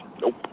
Nope